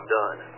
done